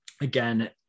Again